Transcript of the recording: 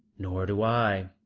nor do i.